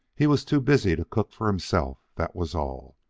he was too busy to cook for himself, that was all.